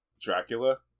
Dracula